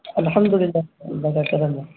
الحمد للہ اللہ کا کرم ہے